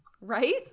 Right